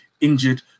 injured